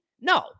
No